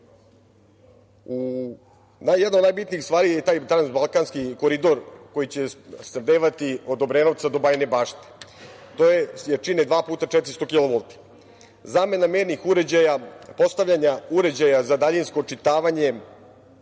od najbitnijih stvari je taj „Balkanski koridor“ koji će snabdevati od Obrenovca do Bajine bašte to je jačine 2x400 kW. Zamena mernih uređaja, postavljanja uređaja za daljinsko očitavanje,